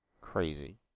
Crazy